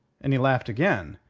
and he laughed again,